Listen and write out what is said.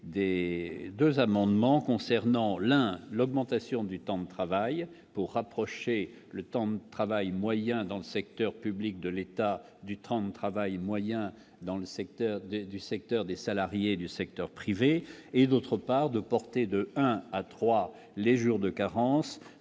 dès 2 amendements concernant l'un, l'augmentation du temps de travail pour rapprocher le temps de travail, moi il y a un dans le secteur public de l'État, du 30, travail moyen dans le secteur des du secteur des salariés du secteur privé et, d'autre part de porter de 1 à 3 les jours de carence,